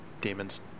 demons